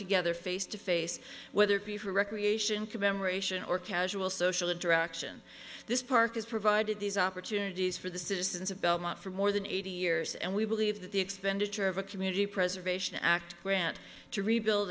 together face to face whether it be for recreation commemoration or casual social interaction this park has provided these opportunities for the citizens of belmont for more than eighty years and we believe that the expenditure of a community preservation act grant to rebuild